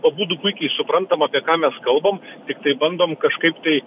abudu puikiai suprantam apie ką mes kalbam tiktai bandom kažkaip tai